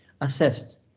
assessed